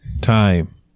Time